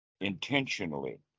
intentionally